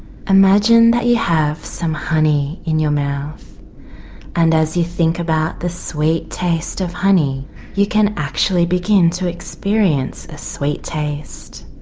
imagine that you have some honey in your mouth and as you think about the sweet taste of honey you can actually begin to experience a sweet taste,